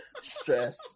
Stress